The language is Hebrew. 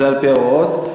זה על-פי ההוראות.